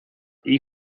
you